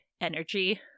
energy